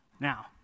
Now